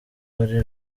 wari